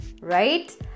right